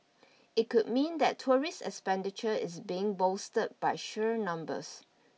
it could mean that tourist expenditure is being bolstered by sheer numbers